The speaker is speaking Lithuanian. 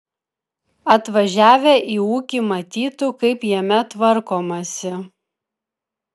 atvažiavę į ūkį matytų kaip jame tvarkomasi